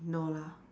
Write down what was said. no lah